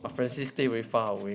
but francis stay very far away